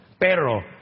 pero